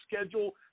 schedule